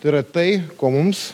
tai yra tai ko mums